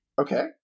Okay